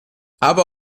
aber